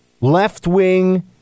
left-wing